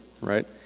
right